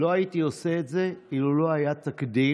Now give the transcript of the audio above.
לא הייתי עושה את זה אילו לא היה תקדים,